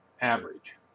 average